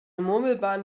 murmelbahn